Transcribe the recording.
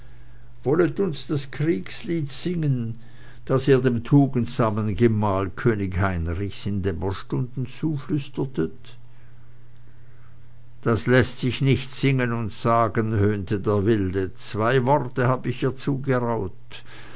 wollet uns das kriegslied singen das ihr dem tugendsamen gemahl könig heinrichs in den dämmerstunden zuflüstertet das läßt sich nicht singen und sagen höhnte der wilde zwei worte hab ich ihr zugeraunt